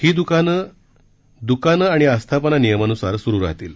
ही द्रकानं दकानं आणि आस्थापना नियमान्सार सुरू राहतील